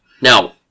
Now